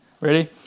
Ready